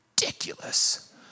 ridiculous